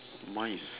mine is